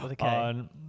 on